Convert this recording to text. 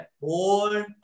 born